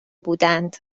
بودند